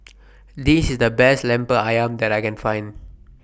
This IS The Best Lemper Ayam that I Can Find